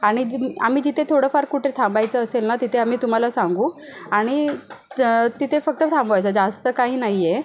आणि जे आम्ही जिथे थोडंफार कुठं थांबायचं असेल ना तिथे आम्ही तुम्हाला सांगू आणि तिथे फक्त थांबवायचं जास्त काही नाही आहे